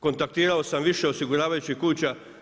Kontaktirao sam više osiguravajućih kuća.